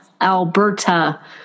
Alberta